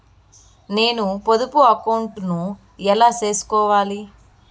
నేను పొదుపు అకౌంటు ను ఎలా సేసుకోవాలి?